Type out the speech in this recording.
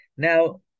Now